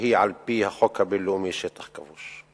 שהיא על-פי החוק הבין-לאומי שטח כבוש.